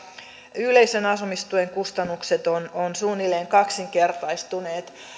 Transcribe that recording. yleisen asumistuen kustannukset ovat suunnilleen kaksinkertaistuneet